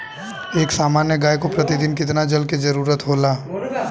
एक सामान्य गाय को प्रतिदिन कितना जल के जरुरत होला?